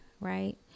Right